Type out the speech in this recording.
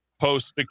post